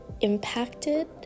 impacted